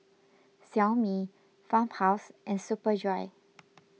Xiaomi Farmhouse and Superdry